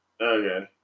Okay